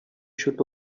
should